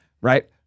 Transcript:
Right